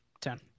ten